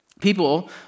People